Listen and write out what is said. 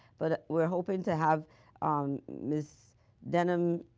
but we are hoping to have miss denham,